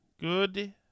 Good